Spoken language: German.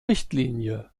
richtlinie